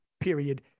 period